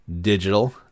digital